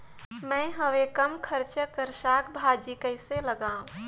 मैं हवे कम खर्च कर साग भाजी कइसे लगाव?